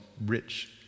rich